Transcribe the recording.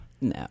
No